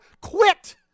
quit